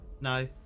No